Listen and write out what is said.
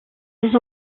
les